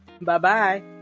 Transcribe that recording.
Bye-bye